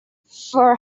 four